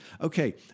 okay